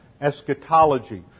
Eschatology